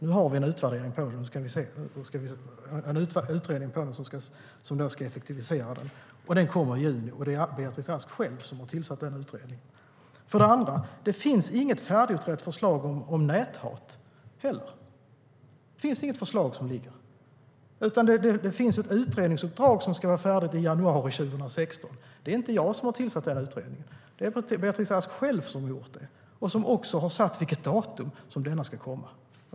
Nu har vi en utredning för att se hur man kan effektivisera lagstiftningen. Utredningen kommer i juni, och det är Beatrice Ask själv som har tillsatt den. För det andra: Det finns heller inget färdigutrett förslag om näthat. Det finns inget förslag som ligger. Det finns ett utredningsuppdrag som ska vara färdigt i januari 2016. Det är inte jag som har tillsatt den utredningen. Det är Beatrice Ask själv som har gjort det och som också har satt vilket datum som den ska komma.